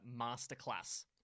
Masterclass